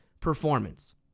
performance